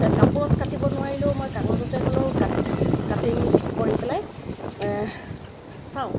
কাপোৰত কাটিব নোৱাৰিলেও মই কাগজতে হ'লেও কাট কাটিং কৰি পেলাই চাওঁ